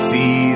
See